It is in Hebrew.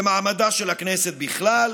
שחזרה כמעט בכל התוכניות הכלכליות,